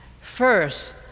First